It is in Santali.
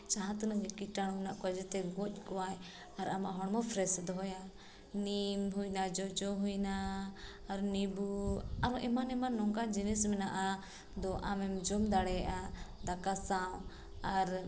ᱡᱟᱦᱟᱸ ᱛᱤᱱᱟᱹᱜ ᱜᱮ ᱠᱤᱴᱟᱱᱩ ᱢᱮᱱᱟᱜ ᱠᱚᱣᱟ ᱡᱚᱛᱚ ᱜᱚᱡ ᱠᱚᱣᱟᱭ ᱟᱨ ᱟᱢᱟᱜ ᱦᱚᱲᱢᱚ ᱯᱷᱨᱮᱥᱮ ᱫᱚᱦᱚᱭᱟᱭ ᱱᱤᱢ ᱦᱩᱭᱱᱟ ᱡᱚᱡᱚ ᱦᱩᱭᱱᱟ ᱟᱨᱦᱚᱸ ᱱᱤᱵᱩ ᱟᱨᱦᱚᱸ ᱮᱢᱟᱱ ᱮᱢᱟᱱ ᱱᱚᱝᱠᱟᱱ ᱡᱤᱱᱤᱥ ᱢᱮᱱᱟᱜᱼᱟ ᱫᱚ ᱟᱢᱮᱢ ᱡᱚᱢ ᱫᱟᱲᱮᱭᱟᱜᱼᱟ ᱫᱟᱠᱟ ᱥᱟᱶ ᱟᱨ